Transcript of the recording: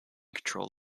control